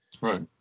right